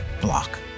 block